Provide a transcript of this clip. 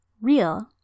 real